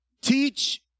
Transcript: teach